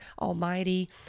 Almighty